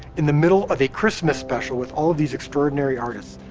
in the middle of the christmas special with all of these extraordinary artists,